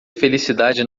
felicidade